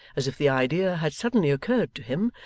as if the idea had suddenly occurred to him,